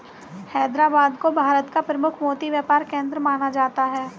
हैदराबाद को भारत का प्रमुख मोती व्यापार केंद्र माना जाता है